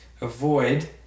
Avoid